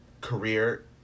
career